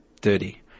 dirty